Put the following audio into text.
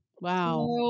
Wow